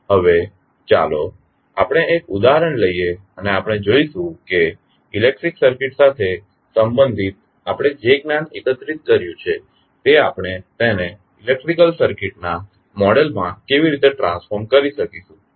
હવે ચાલો આપણે એક ઉદાહરણ લઈએ અને આપણે જોઇશું કે ઇલેક્ટ્રીકલ સર્કિટ સાથે સંબંધિત આપણે જે જ્ઞાન એકત્રિત કર્યું છે તે આપણે તેને ઇલેક્ટ્રીકલ સર્કિટના મોડેલ માં કેવી રીતે ટ્રાંસફોર્મ કરી શકીશું